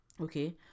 Okay